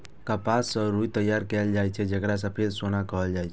कपास सं रुई तैयार कैल जाए छै, जेकरा सफेद सोना कहल जाए छै